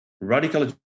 Radical